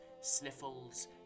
sniffles